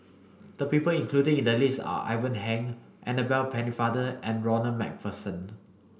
the people included in the list are Ivan Heng Annabel Pennefather and Ronald MacPherson